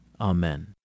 Amen